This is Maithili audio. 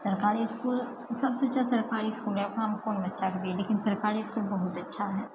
सरकारी इसकुल सबसँ अच्छा सरकारी इसकुल अपनाके कओन बच्चाकेँ दियह लेकिन सरकारी इसकुल बहुत अच्छा है